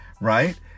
right